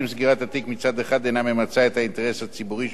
מצד אחד אינה ממצה את האינטרס הציבורי שבאכיפת החוק,